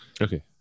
Okay